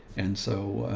and so, ah,